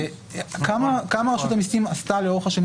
כמה רשות המיסים עשתה לאורך השנים